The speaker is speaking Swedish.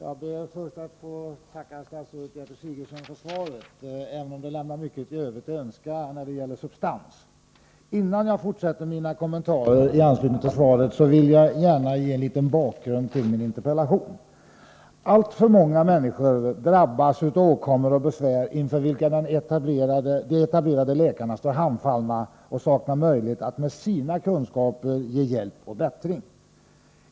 Herr talman! Jag ber först att få tacka statsrådet Gertrud Sigurdsen för svaret, även om det lämnar mycket övrigt att önska när det gäller substans. Innan jag fortsätter mina kommentarer i anslutning till svaret, vill jag gärna ge en liten bakgrund till min interpellation. Alltför många människor drabbas av åkommor och besvär inför vilka de etablerade läkarna står handfallna och saknar möjlighet att med sina kunskaper ge hjälp och bättring.